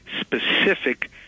specific